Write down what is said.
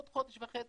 עוד חודש וחצי".